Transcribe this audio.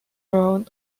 brown